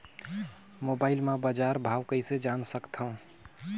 Mobile म बजार भाव कइसे जान सकथव?